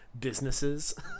businesses